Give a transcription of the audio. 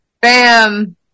Bam